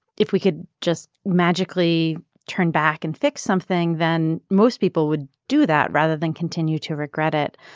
if we could just magically turn back and fix something, then most people would do that rather than continue to regret it.